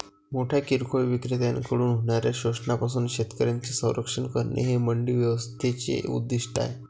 मोठ्या किरकोळ विक्रेत्यांकडून होणाऱ्या शोषणापासून शेतकऱ्यांचे संरक्षण करणे हे मंडी व्यवस्थेचे उद्दिष्ट आहे